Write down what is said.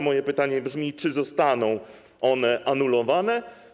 Moje pytanie brzmi: Czy zostaną one anulowane?